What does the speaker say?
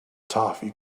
toffee